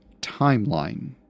timeline